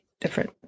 different